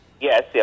Yes